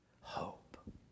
hope